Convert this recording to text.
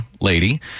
lady